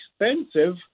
expensive